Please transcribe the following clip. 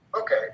Okay